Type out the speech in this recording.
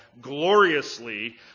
gloriously